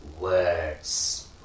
Words